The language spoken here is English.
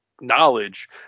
knowledge